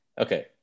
okay